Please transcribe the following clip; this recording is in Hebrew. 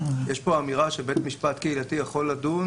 יש כאן אמירה שבית משפט קהילתי יכול לדון